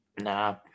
Nah